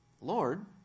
Lord